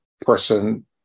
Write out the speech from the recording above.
person